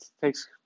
takes